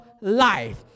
life